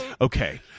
Okay